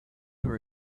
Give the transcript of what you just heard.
were